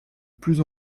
plus